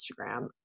Instagram